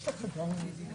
הישיבה ננעלה בשעה 13:00.